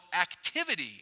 activity